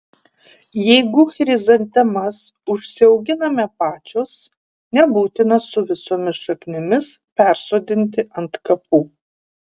jeigu chrizantemas užsiauginame pačios nebūtina su visomis šaknimis persodinti ant kapų